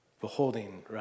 Beholding